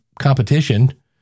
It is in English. competition